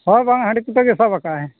ᱦᱳᱭ ᱵᱟᱝ ᱦᱟᱺᱰᱤᱠᱩᱴᱟᱹ ᱜᱮ ᱥᱟᱵ ᱟᱠᱟᱜᱼᱟᱭ